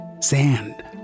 Sand